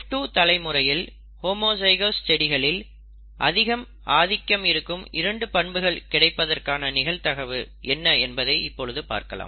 F2 தலை முறையில் homozygous செடிகளில் ஆதிக்கம் அதிகமாக இருக்கும் இரண்டு பண்புகள் கிடைப்பதற்கான நிகழ்தகவு என்ன என்பதை இப்பொழுது பார்க்கலாம்